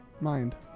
Mind